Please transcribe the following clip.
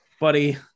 buddy